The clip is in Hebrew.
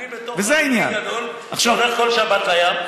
אני, בתור חרדי גדול, שהולך כל שבת לים,